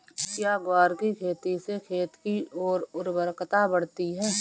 क्या ग्वार की खेती से खेत की ओर उर्वरकता बढ़ती है?